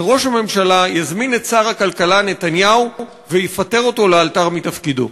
שראש הממשלה יזמין את שר הכלכלה נתניהו ויפטר אותו לאלתר מתפקידו.